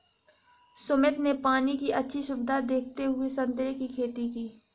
सुमित ने पानी की अच्छी सुविधा देखते हुए संतरे की खेती की